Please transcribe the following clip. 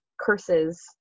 curses